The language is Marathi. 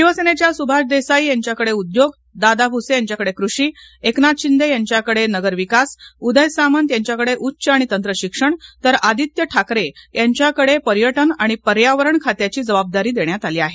शिवसेनेच्या सुभाष देसाई यांच्याकडे उद्योग दादा भुसे यांच्या कडे कृषी एकनाथ शिंदे यांच्या कडे नगर विकास उदय सामंत यांच्याकडे उच्च आणि तंत्रशिक्षण तर आदित्य ठाकरे यांच्या कडे पर्यटन आणि पर्यावरण खात्याची जबाबदारी देण्यात आली आहे